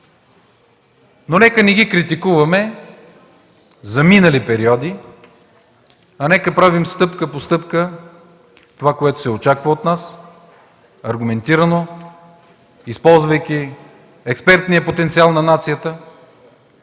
Но нека не ги критикуваме за минали периоди, а нека да правим стъпка по стъпка това, което се очаква от нас – аргументирано, използвайки експертния потенциал на нацията,